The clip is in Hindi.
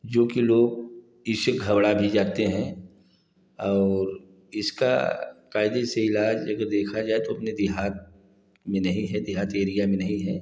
जो कि लोग इससे घबड़ा भी जाते हैं और इसका कायदे से इलाज अगर देखा जाए तो अपने देहात में नहीं है देहात एरिया में नहीं है